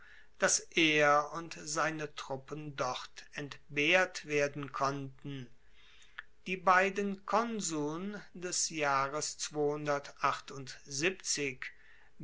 dass er und seine truppen dort entbehrt werden konnten die beiden konsuln des jahres